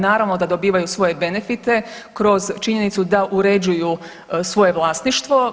Naravno da dobivaju svoje benefite kroz činjenicu da uređuju svoje vlasništvo.